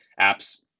apps